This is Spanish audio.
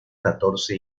catorce